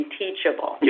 teachable